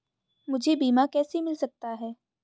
मुझे बीमा कैसे मिल सकता है?